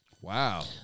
Wow